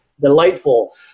delightful